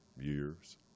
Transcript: years